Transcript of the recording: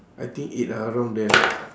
I think eight ah around there